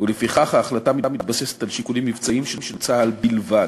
ולפיכך ההחלטה מתבססת על שיקולים מבצעיים של צה"ל בלבד.